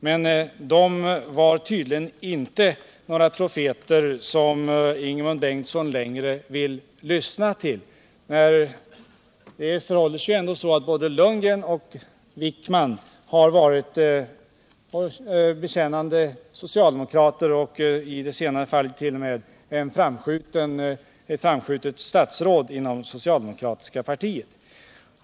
Men de är tydligen inte längre några profeter som Ingemund Bengtsson vill lyssna till. Både Nils Lundgren och Krister Wickman har dock varit bekännande socialdemokrater, den senare t.o.m. ett framskjutet statsråd i den socialdemokratiska regeringen.